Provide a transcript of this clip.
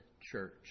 church